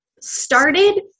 started